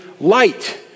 light